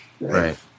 right